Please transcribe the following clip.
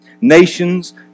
Nations